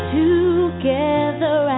together